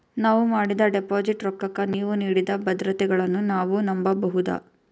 ನಾವು ಮಾಡಿದ ಡಿಪಾಜಿಟ್ ರೊಕ್ಕಕ್ಕ ನೀವು ನೀಡಿದ ಭದ್ರತೆಗಳನ್ನು ನಾವು ನಂಬಬಹುದಾ?